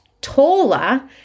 taller